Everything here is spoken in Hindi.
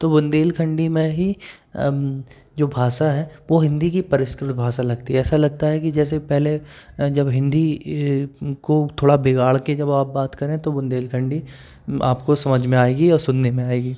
तो बुंदेलखंडी में ही जो भाषा है वो हिन्दी की परिस्कृत भाषा लगती है ऐसा लगता है की जैसे पहले जब हिन्दी को थोड़ा बिगाड़ के जब आप बात करें तो बुंदेलखंडी आपको समझ में आएगी और सुनने में आएगी